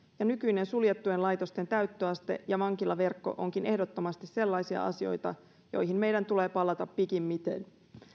ja nykyinen suljettujen laitosten täyttöaste ja vankilaverkko ovatkin ehdottomasti sellaisia asioita joihin meidän tulee palata pikimmiten